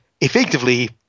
effectively